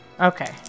Okay